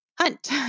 hunt